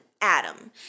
Adam